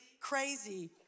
crazy